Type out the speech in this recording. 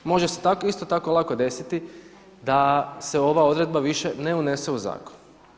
Može se isto tako lako desiti da se ova odredba više ne unese u zakon.